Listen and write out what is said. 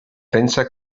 pensa